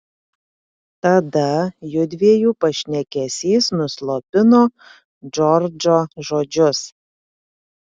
tada jųdviejų pašnekesys nuslopino džordžo žodžius